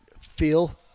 feel